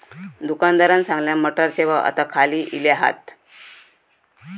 दुकानदारान सांगल्यान, मटारचे भाव आता खाली इले हात